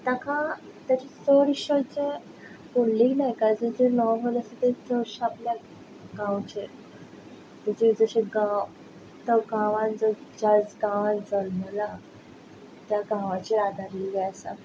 ताका ताची चडशें अशें पुंडलीक नायकाचेंच नोवल जें आसा तेंच चडशें आपल्याक गांवचें तेचेर जशें गांव त्या गांवान जय ज्याच गांवान जल्मला त्या गांवाचेर आदारील्लें आसा